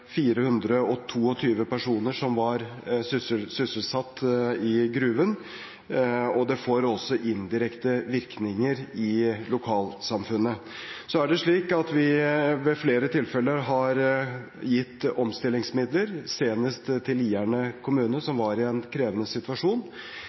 personer som var sysselsatt i gruven, og det får også indirekte virkninger for lokalsamfunnet. Så er det slik at vi ved flere tilfeller har gitt omstillingsmidler, senest til Lierne kommune,